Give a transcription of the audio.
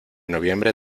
noviembre